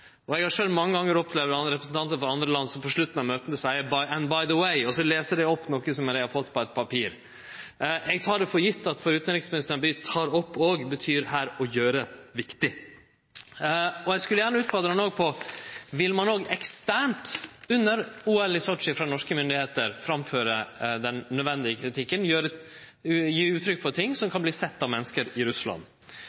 Eg har sjølv mange gongar opplevd andre representantar frå andre land som på slutten av møta seier «and by the way», og så les dei opp noko som dei har fått på eit papir. Eg tek det for gjeve at for utanriksministeren betyr «tar opp» òg her «å gjere viktig». Eg skulle òg gjerne ha utfordra han på: Vil ein òg eksternt under OL i Sotsji frå norske myndigheiter framføre den nødvendige kritikken og gje uttrykk for ting som